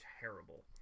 terrible